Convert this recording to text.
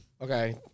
Okay